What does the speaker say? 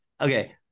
Okay